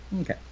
okay